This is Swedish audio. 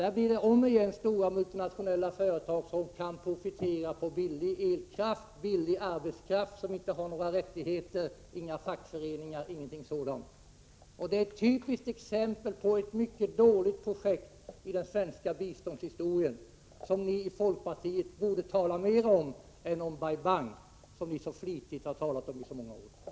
Där blir det om igen stora multinationella företag som kan profitera på billig elkraft, billig arbetskraft, som inte har några rättigheter, inga fackföreningar e. d. Det är ett typiskt exempel på ett mycket dåligt projekt i den svenska biståndshistorien. Det borde ni i folkpartiet tala mer om än om Bai Bang, vilket ni så flitigt talat om i många år.